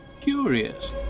Curious